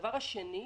הדבר השני,